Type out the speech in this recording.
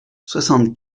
soixante